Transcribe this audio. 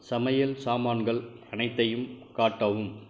சமையல் சாமான்கள் அனைத்தையும் காட்டவும்